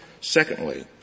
Secondly